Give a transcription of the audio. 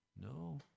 No